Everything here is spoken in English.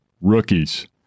Rookies